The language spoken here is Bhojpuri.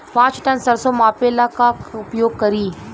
पाँच टन सरसो मापे ला का उपयोग करी?